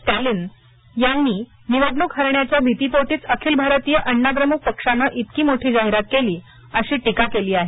स्टालिन यांनी निवडणूक हरण्याच्या भीतीपोटीच अखिल भारतीय अण्णा द्रमुक पक्षान इतकी मोठी जाहिरात केली अशी टीका केली आहे